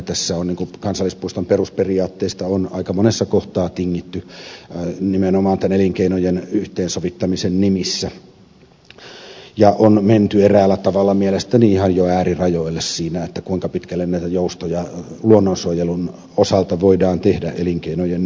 tässä on kansallispuiston perusperiaatteista aika monessa kohtaa tingitty nimenomaan elinkeinojen yhteensovittamisen nimissä ja on menty eräällä tavalla mielestäni ihan jo äärirajoille siinä kuinka pitkälle joustoja luonnonsuojelun osalta voidaan tehdä elinkeinojen nimissä